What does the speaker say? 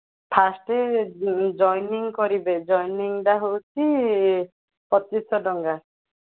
first joining କରିବେ ଜଏନିଂଟା ହେଉଛି ପଚିଶି ଶହ ଟଙ୍କା